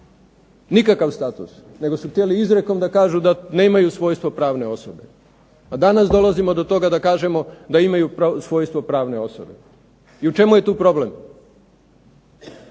nikakav status nego su htjeli izrijekom da kažu da nemaju svojstvo pravne osobe, a danas dolazimo do toga da kažemo da imaju svojstvo pravne osobe. I u čemu je tu problem?